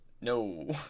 No